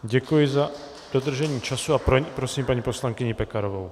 Děkuji za dodržení času a prosím paní poslankyni Pekarovou.